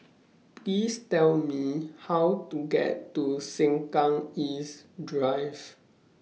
Please Tell Me How to get to Sengkang East Drive